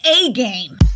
A-Game